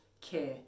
care